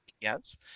Yes